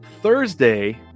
thursday